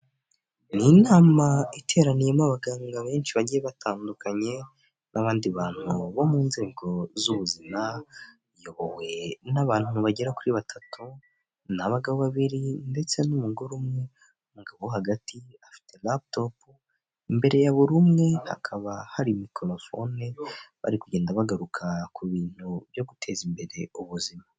Ni inama iteraniyemo abaganga benshi bagiye batandukanye n'abandi bantu bo mu nzego z'ubuzima iyobowe n'abantu bagera kuri batatu ni abagabo babiri ndetse n'umugore umwe, umugabo wo hagati afite laputopu imbere ya buri umwe hakaba hari mikorofone bari kugenda bagaruka ku bintu byo guteza imbere ubuzima.